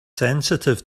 sensitive